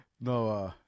no